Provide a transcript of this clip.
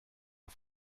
auf